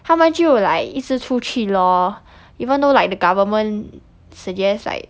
他们就 like 一直出去 lor even though like the government suggest like